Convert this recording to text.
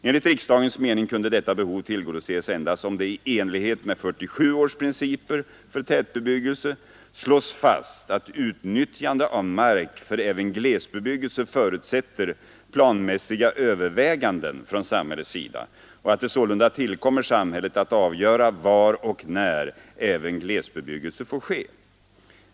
Enligt riksdagens mening kunde detta behov tillgodoses endast om det i enlighet med 1947 års principer för tätbebyggelse slås fast att utnyttjande av mark för även glesbebyggelse förutsätter planmässiga överväganden från samhällets sida och att det sålunda tillkommer samhället att avgöra var och när även glesbebyggelse får ske.